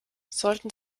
sollten